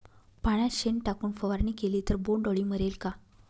पाण्यात शेण टाकून फवारणी केली तर बोंडअळी मरेल का?